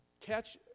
catch